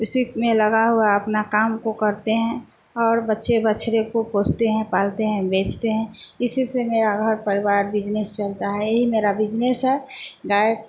उसी में लगा हुआ अपना काम को करते हैं और बच्चे बछड़े को पोसते हैं पालते हैं बेचते हैं इसी से मेरा घर परिवार बिजनेस चलता है यही मेरा बिजनेस है गाय